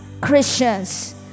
Christians